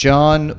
John